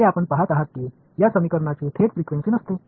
जसे आपण पाहत आहात की या समीकरणाची थेट फ्रिक्वेन्सी नसते